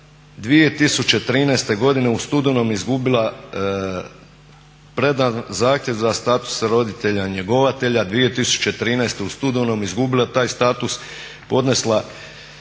2013. godine u studenom je izgubila predan zahtjev za status roditelja njegovatelja 2013. u studenom izgubila je taj status, podnijela